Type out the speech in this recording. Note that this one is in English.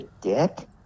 dick